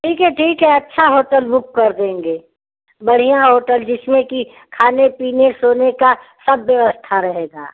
ठीक है ठीक है अच्छा होटल बुक कर देंगे बढ़ियाँ होटल जिसमें कि खाने पीने सोने का सब व्यवस्था रहेगा